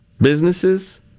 businesses